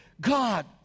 God